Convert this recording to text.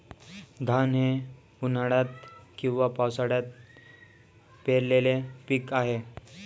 धान हे उन्हाळ्यात किंवा पावसाळ्यात पेरलेले पीक आहे